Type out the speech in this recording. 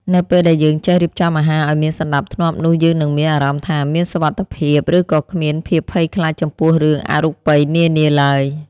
នៅពេលដែលយើងចេះរៀបចំអាហារឱ្យមានសណ្តាប់ធ្នាប់នោះយើងនឹងមានអារម្មណ៍ថា មានសុវត្ថិភាព ឬក៏គ្មានភាពភ័យខ្លាចចំពោះរឿងអរូបិយនានាឡើយ។